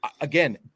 Again